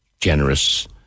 generous